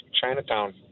Chinatown